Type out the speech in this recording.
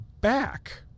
back